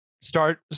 start